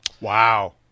wow